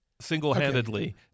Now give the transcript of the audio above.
single-handedly